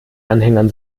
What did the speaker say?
anhängern